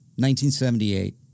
1978